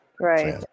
right